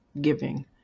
giving